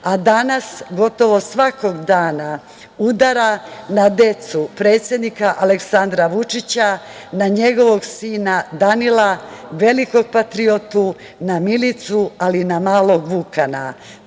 Danas, gotovo svakog dana udara na decu predsednika Aleksandra Vučića, na njegovog sina Danila, velikog patriotu, na Milicu, ali i na malog Vukana. Pozivam